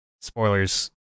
Spoilers